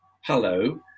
hello